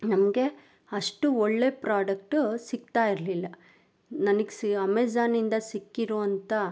ನಮಗೆ ಅಷ್ಟು ಒಳ್ಳೆಯ ಪ್ರಾಡಕ್ಟ್ ಸಿಕ್ತಾ ಇರಲಿಲ್ಲ ನನ್ಗೆ ಸಿ ಅಮೆಝಾನಿಂದ ಸಿಕ್ಕಿರುವಂಥ